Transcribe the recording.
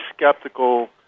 skeptical